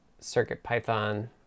CircuitPython